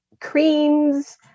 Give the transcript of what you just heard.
creams